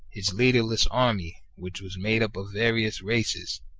his leaderless army, which was made up of various races,